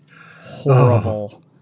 horrible